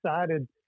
excited